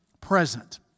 present